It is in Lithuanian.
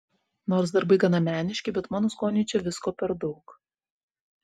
nors darbai gana meniški bet mano skoniui čia visko per daug